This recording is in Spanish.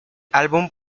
álbum